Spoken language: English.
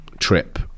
trip